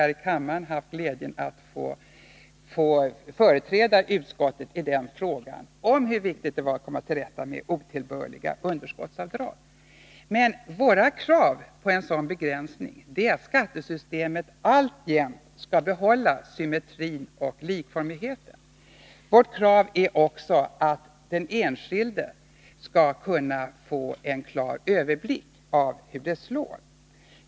här i kammaren haft glädjen att få företräda utskottet i den frågan och tala om hur viktigt det är att komma till rätta med otillbörliga underskottsavdrag. Men våra krav på en sådan begränsning är att skattesystemet alltjämt skall bibehålla symmetrin och likformigheten. Vårt krav är också att den enskilde skall kunna få en klar överblick av hur det slår.